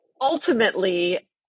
ultimately